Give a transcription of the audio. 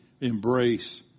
embrace